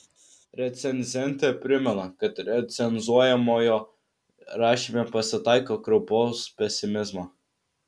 recenzentė primena kad recenzuojamojo rašyme pasitaiko kraupaus pesimizmo